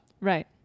Right